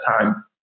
time